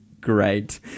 great